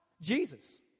Jesus